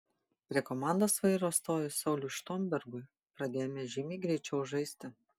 prie komandos vairo stojus sauliui štombergui pradėjome žymiai greičiau žaisti